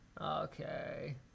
Okay